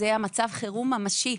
זהו מצב החירום הממשי.